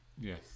Yes